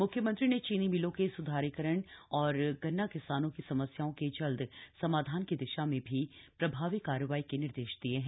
म्ख्यमंत्री ने चीनी मिलों के सुधारीकरण और गन्ना किसानों की समस्याओं के जल्द समाधान की दिशा में भी प्रभावी कार्रवाई के निर्देश दिये हैं